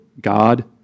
God